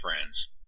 friends